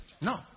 No